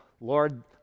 Lord